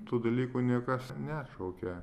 tų dalykų niekas neatšaukė